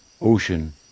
ocean